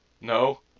No